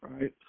Right